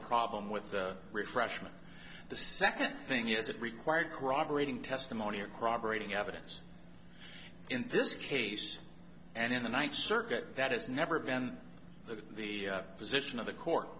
problem with refreshment the second thing is it required corroborating testimony or proper aiding evidence in this case and in the ninth circuit that has never been to the position of the court